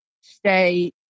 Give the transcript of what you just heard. stay